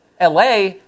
LA